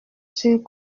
sûr